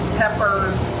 peppers